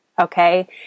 Okay